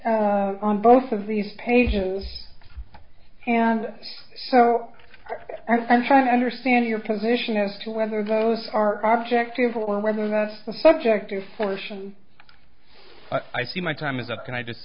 here on both of these pages and so i'm trying to understand your position as to whether those are objectively or whether that's the subjective portion i see my time is up and i just